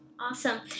awesome